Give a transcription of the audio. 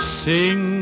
sing